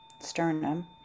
sternum